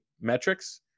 metrics